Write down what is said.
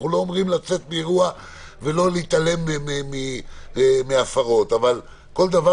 אנחנו לא אומרים לצאת מאירוע ולהתעלם מהפרות אבל כל דבר,